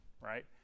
right